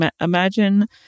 imagine